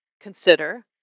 consider